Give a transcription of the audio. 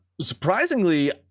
surprisingly